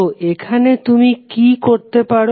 তো এখানে তুমি কি করতে পারো